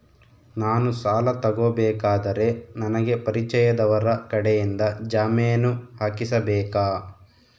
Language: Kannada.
ನಾನು ಸಾಲ ತಗೋಬೇಕಾದರೆ ನನಗ ಪರಿಚಯದವರ ಕಡೆಯಿಂದ ಜಾಮೇನು ಹಾಕಿಸಬೇಕಾ?